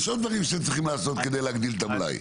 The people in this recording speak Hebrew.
יש עוד דברים שצריכים לעשות כדי להגדיל את המלאי.